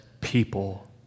people